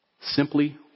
simply